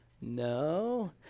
No